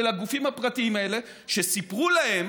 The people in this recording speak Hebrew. של הגופים הפרטיים האלה, שסיפרו להם